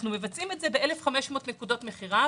אנחנו מבצעים את זה ב-1,500 נקודות מכירה.